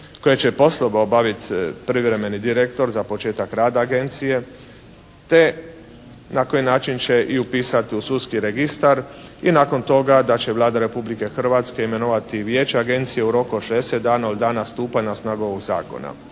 koji će poslove obaviti privremeni direktor za početak rada Agencije, te na koji način će i upisati u sudski registar i nakon toga da će Vlada Republike Hrvatske imenovati i Vijeće Agencije u roku od 60 dana od dana stupanja na snagu ovog zakona,